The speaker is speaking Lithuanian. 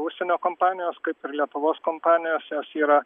užsienio kompanijos kaip ir lietuvos kompanijos jos yra